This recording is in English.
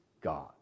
God